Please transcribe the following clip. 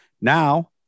Now